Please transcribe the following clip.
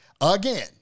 again